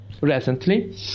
recently